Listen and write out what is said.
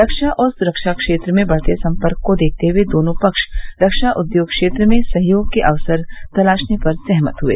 रक्षा और सुरक्षा क्षेत्र में बढ़ते संपर्क को देखते हुए दोनों पक्ष रक्षा उद्योग क्षेत्र में सहयोग के अवसर तलाशने पर सहमत हुए